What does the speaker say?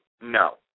No